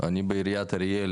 אני בעיריית אריאל,